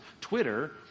Twitter